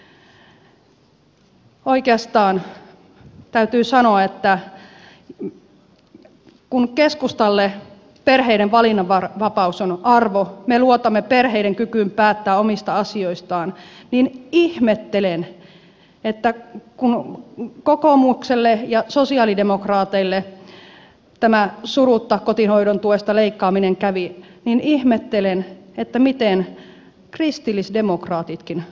oikeastaan täytyy sanoa että kun keskustalle perheiden valinnanvapaus on arvo me luotamme perheiden kykyyn päättää omista asioistaan ihmettelen kun kokoomukselle ja sosialidemokraateille tämä surutta kotihoidon tuesta leikkaaminen kävi miten kristillisdemokraatitkin suostuivat tähän